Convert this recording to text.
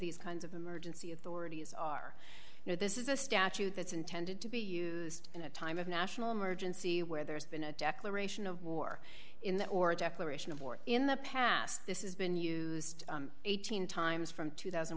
these kinds of emergency authorities are you know this is a statute that's intended to be used in a time of national emergency where there's been a declaration of war in there or a declaration of war in the past this is been used eighteen times from two thousand